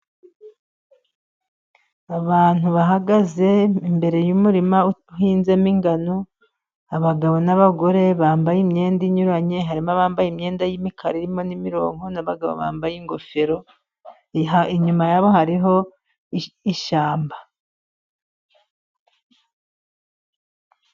Abantu bahagaze imbere y'umurima uhinzemo ingano, abagabo n'abagore bambaye imyenda inyuranye harimo abambaye imyenda y'imikari irimo n'imirongo n'abagabo bambaye ingofero. Inyuma yabo hariho ishyamba.